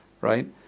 right